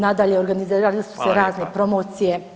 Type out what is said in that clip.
Nadalje, organizirali su se razne promocije.